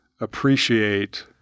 appreciate